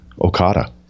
Okada